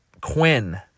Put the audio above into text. Quinn